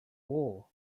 war